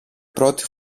πρώτη